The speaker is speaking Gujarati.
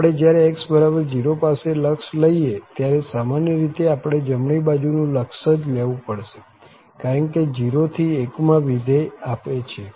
આપણે જયારે x0 પાસે લક્ષ લઈએ ત્યારે સામાન્ય રીતે આપણે જમણી બાજુનું લક્ષ જ લેવું પડશે કારણ કે 0 થી 1 માં વિધેય આપે છે